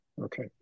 Okay